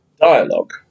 dialogue